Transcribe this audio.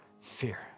fear